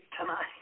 tonight